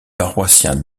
paroissiens